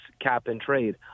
cap-and-trade